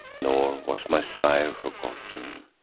nor was my sire forgotten,